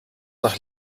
nach